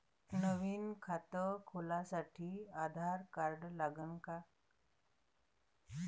नवीन खात खोलासाठी आधार कार्ड लागन का?